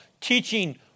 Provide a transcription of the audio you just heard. teaching